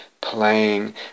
playing